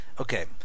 Okay